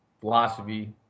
Philosophy